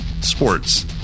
Sports